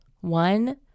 One